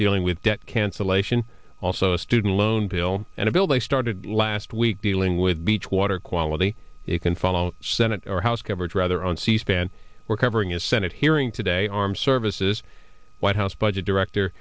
dealing with debt cancellation also a student loan bill and a bill they started last week dealing with beach water quality they can follow senate or house coverage rather on c span we're covering a senate hearing today armed services white house budget director